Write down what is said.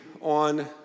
on